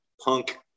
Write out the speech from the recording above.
punk